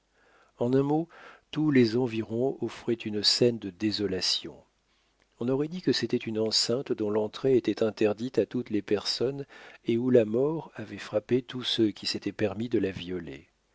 en un mot tous les environs offraient une scène de désolation on aurait dit que c'était une enceinte dont l'entrée était interdite à toutes les personnes et où la mort avait frappé tous ceux qui s'étaient permis de la violer